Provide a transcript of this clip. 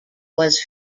was